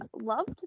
loved